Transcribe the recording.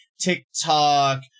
tiktok